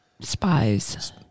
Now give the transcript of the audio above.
spies